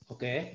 Okay